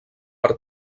per